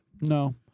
No